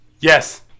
Yes